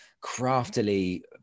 craftily